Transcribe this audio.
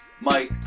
Mike